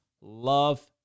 love